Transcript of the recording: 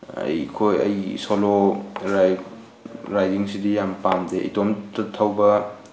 ꯑꯩꯈꯣꯏ ꯑꯩ ꯁꯣꯂꯣ ꯔꯥꯏꯗꯤꯡꯁꯤꯗꯤ ꯌꯥꯝ ꯄꯥꯝꯗꯦ ꯏꯇꯣꯝꯇ ꯊꯧꯕ